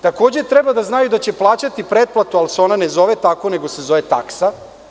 Takođe treba da znaju da će plaćati pretplatu, ali se ona ne zove tako nego se zove taksa.